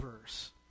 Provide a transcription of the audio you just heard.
verse